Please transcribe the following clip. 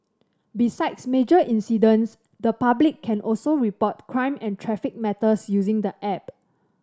besides major incidents the public can also report crime and traffic matters using the app